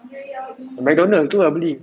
McDonald tu ah beli